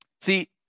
See